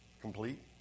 complete